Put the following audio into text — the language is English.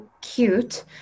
cute